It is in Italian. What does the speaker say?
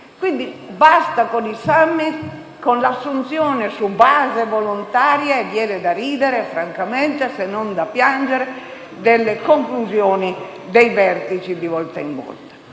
Quindi basta con i *summit* e con l'assunzione "su base volontaria" (viene da ridere, francamente, se non da piangere) delle conclusioni dei vertici di volta in volta.